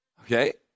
okay